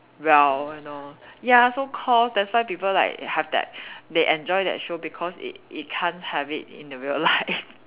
well you know ya so called that's why people like have that they enjoy that show because it it can't have it in the real life